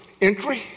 entry